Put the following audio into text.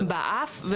באף,